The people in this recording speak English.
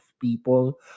people